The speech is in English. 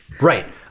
Right